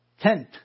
Tenth